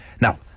now